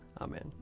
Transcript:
Amen